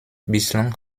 bislang